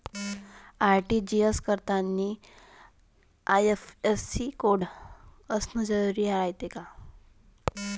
RTGS करतांनी IFSC code असन जरुरी रायते का?